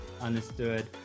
understood